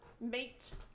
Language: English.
meet